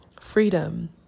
freedom